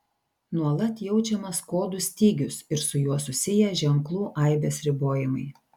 nuolat jaučiamas kodų stygius ir su juo susiję ženklų aibės ribojimai